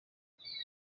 bashobora